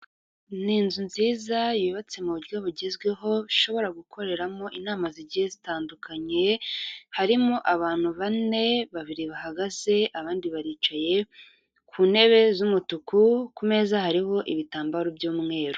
Ni inzu nziza yubatse mu buryo bugezweho, ishobora gukoreramo inama zigiye zitandukanye. Harimo abantu bane babiri bahagaze, abandi baricaye. Ku ntebe z'umutuku, ku meza hariho ibitambaro by'umweru.